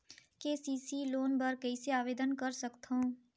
KCC loan बर कइसे आवेदन कर सकथव?